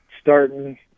starting